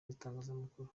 n’itangazamakuru